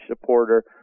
supporter